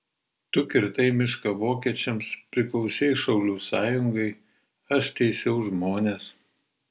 tu kirtai mišką vokiečiams priklausei šaulių sąjungai aš teisiau žmones